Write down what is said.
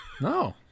No